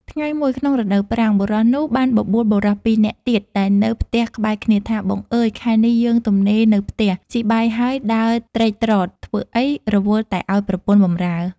ថ្ងៃមួយក្នុងរដូវប្រាំង បុរសនោះបានបបួលបុរសពីរនាក់ទៀតដែលនៅផ្ទះក្បែរគ្នាថា បងអើយ! ខែនេះយើងទំនេរនៅផ្ទះ ស៊ីបាយហើយដើរត្រែតត្រតធ្វើអ្វី រវល់តែឲ្យប្រពន្ធបម្រើ។